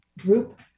group